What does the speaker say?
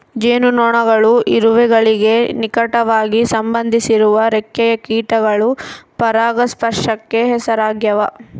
ಜೇನುನೊಣಗಳು ಇರುವೆಗಳಿಗೆ ನಿಕಟವಾಗಿ ಸಂಬಂಧಿಸಿರುವ ರೆಕ್ಕೆಯ ಕೀಟಗಳು ಪರಾಗಸ್ಪರ್ಶಕ್ಕೆ ಹೆಸರಾಗ್ಯಾವ